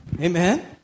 Amen